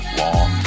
long